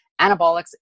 Anabolics